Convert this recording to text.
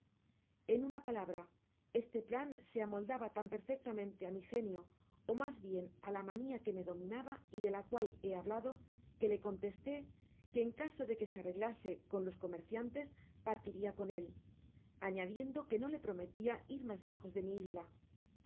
en una palabra este plan se amoldaba tan perfectamente á mi genio ó mas bien á la mania que me dominaba y de la cual he hablado que le contesté que en caso de que se arreglase con los comerciantes partiría con él añadiendo que no le prometia ir mas lejos de mi isla y